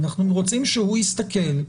אנחנו רוצים שהוא יסתכל.